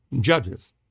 judges